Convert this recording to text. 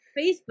Facebook